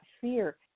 fear